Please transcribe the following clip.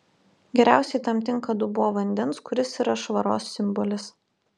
geriausiai tam tinka dubuo vandens kuris yra švaros simbolis